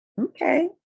Okay